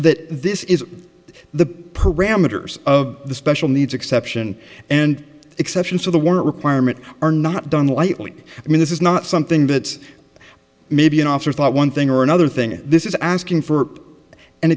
that this is the parameters of the special needs exception and exceptions to the war requirement are not done lightly i mean this is not something that maybe an officer thought one thing or another thing this is asking for an